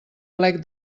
plec